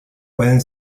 pueden